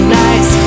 nice